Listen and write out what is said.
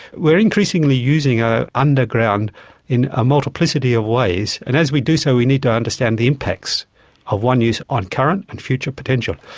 we are increasingly using our underground in a multiplicity of ways, and as we do so we need to understand the impacts of one use on current and future potential.